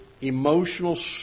emotional